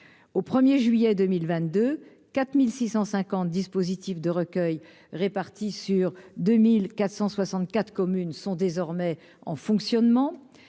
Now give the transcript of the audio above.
au 1er juillet 2022, 4650 dispositifs de recueil, répartis sur 2464 communes sont désormais en fonctionnement,